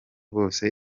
bose